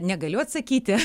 negaliu atsakyti